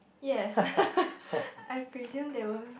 yes I presume they won't